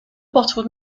bottled